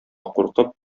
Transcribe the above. куркып